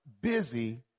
busy